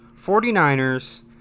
49ers